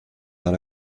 dans